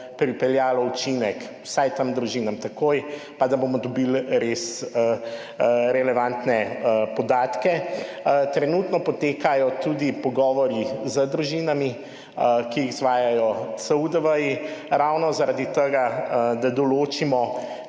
pripeljalo učinek vsaj tem družinam takoj pa da bomo dobili res relevantne podatke. Trenutno potekajo tudi pogovori z družinami, ki jih izvajajo CUDV, ravno zaradi tega, da določimo,